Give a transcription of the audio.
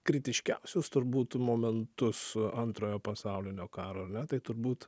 kritiškiausius turbūt momentus antrojo pasaulinio karo ar ne tai turbūt